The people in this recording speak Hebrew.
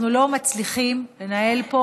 אנחנו לא מצליחים לנהל פה